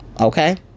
okay